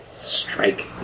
strike